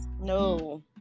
No